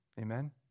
Amen